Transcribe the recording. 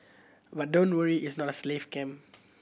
but don't worry its not a slave camp